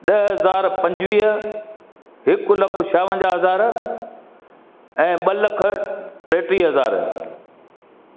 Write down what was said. ॾह हज़ार पंजुवीह हिकु लखु छावंजाह हज़ार ऐं ॿ लख टेटीह हज़ार